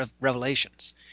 revelations